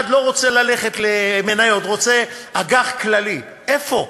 אחד לא רוצה ללכת למניות, רוצה אג"ח כללי, איפה?